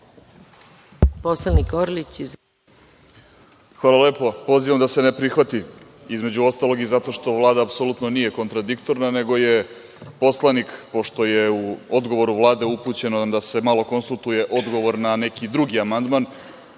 **Vladimir Orlić** Hvala lepo. Pozivam da se ne prihvati, između ostalog, i zato što Vlada apsolutno nije kontradiktorna, nego je poslanik, pošto je u odgovoru Vlade upućenom da se malo konsultuje odgovor na neki drugi amandman,